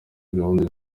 gahunda